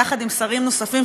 יחד עם שרים נוספים,